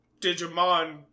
Digimon